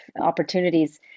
opportunities